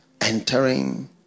Entering